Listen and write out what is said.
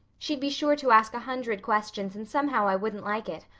she'd be sure to ask a hundred questions and somehow i wouldn't like it.